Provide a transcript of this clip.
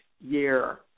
year